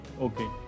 okay